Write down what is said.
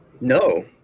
No